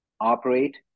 operate